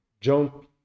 John